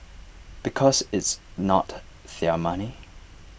because it's not their money